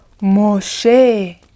Moshe